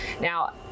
Now